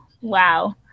wow